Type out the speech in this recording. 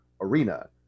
arena